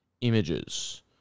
Images